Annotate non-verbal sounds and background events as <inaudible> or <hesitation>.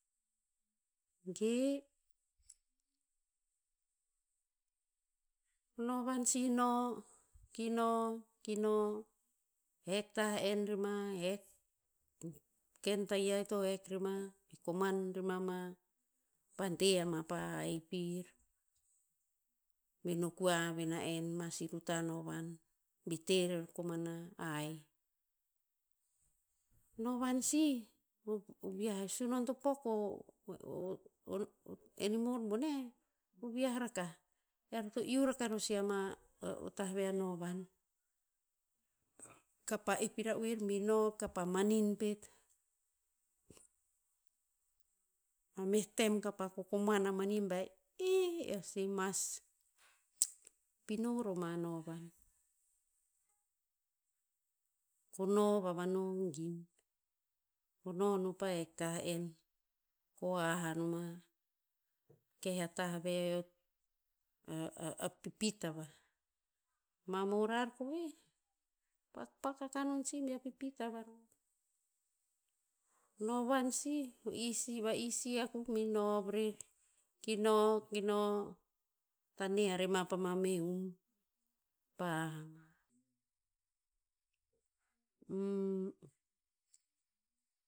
Ge. Novan si no, ki no, ki no, hek tah en rema hek, ken tayiah ir to hek rema koman rema pa de ama pa haih pir. Ven o kua ven na en ma si ruta novan bi te rer koman a haih. Novan sih o- o viah e sunon to pok o <hesitation> enimor boneh, o vi'ah rakah. Ear to iu rakah i ror sih ama o tah ve a novan. Kapa ep i ra'oer bi nov kapa manin pet. Mameh tem kapa kokoman a mani bah, ih, eo si mas pino roma novan. Ko nov a vano gin. Ko nov no pa hek tah en ko hah a noma. Keh a tah ve, <hesitation> a pipit avah. Ma morar ko ve, pakpak akah non sih bear pipit a varor. Novan sih, to isi va isi akuk bi nov rer. Ki nov, ki no, tane a rema pa ma meh hum. Pa hah ama <hesitation>